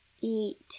eat